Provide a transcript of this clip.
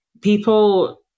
people